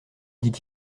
dit